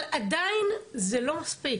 אבל עדיין זה לא מספיק.